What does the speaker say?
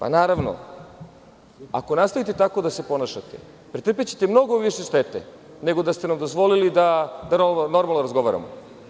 Ako nastavite tako da se ponašate pretrpećete mnogo više štete, nego da ste nam dozvoliti da normalno razgovaramo.